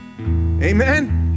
amen